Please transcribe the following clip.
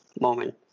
moment